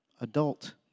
adult